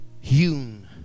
hewn